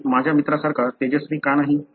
मी माझ्या मित्रासारखा तेजस्वी का नाही